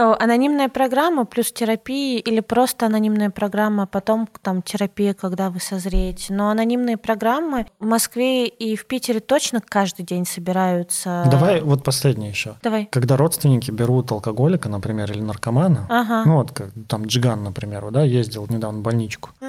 Э, анонимная программа плюс терапии или просто анонимная программа, а потом к- там терапия, когда вы созреете. Но анонимные программы в Москве и в Питере точно каждый день собираются. Давай вот последнее ещё. Давай. Когда родственники берут алкоголика, например, или наркомана, Ага. ну вот как там Джиган, например, вот, да, ездил в- недавно в больничку.